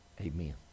Amen